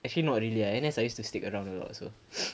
actually not really lah N_S I used to stick around a lot also